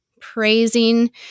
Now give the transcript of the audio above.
praising